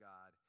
God